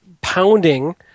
pounding